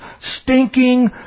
stinking